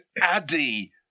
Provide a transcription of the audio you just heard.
Addy